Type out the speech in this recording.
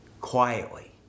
Quietly